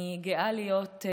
אני גאה להיות,